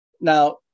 now